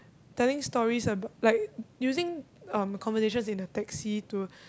telling stories about like using um conversations in a taxi to